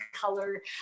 color